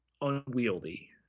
unwieldy